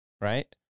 right